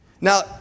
Now